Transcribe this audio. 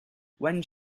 when